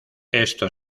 esto